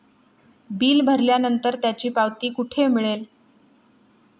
Bill भरल्यानंतर त्याची पावती मला कुठे मिळेल?